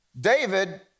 David